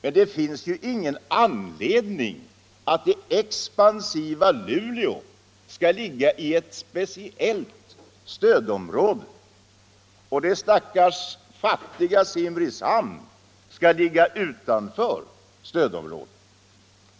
Men det finns ju ingen anledning att det expansiva Luleå skall ligga i ett speciellt stödområde och det stackars fattiga Simrishamn skall ligga utanför stödområdet.